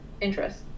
interest